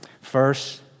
First